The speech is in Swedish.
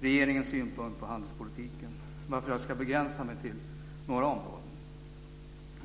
regeringens synpunkt på handelspolitiken, varför jag ska begränsa mig till några områden.